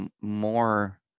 more